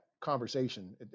conversation